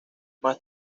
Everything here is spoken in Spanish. más